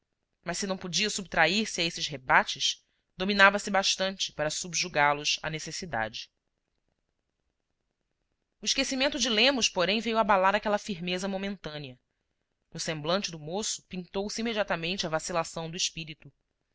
mas se não podia subtrair se a esses rebates dominava se bastante para subjugá-los à necessidade o esquecimento de lemos porém veio abalar aquela firmeza momentânea no semblante do moço pintou se imediatamente a vacilação do espírito